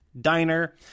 diner